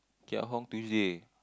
Keat-Hong Tuesday